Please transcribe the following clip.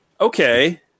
okay